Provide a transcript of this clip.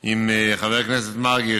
עם חבר הכנסת מרגי,